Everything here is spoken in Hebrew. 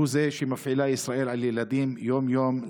שהוא זה שמפעילה ישראל על ילדים יום-יום,